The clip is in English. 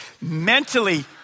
mentally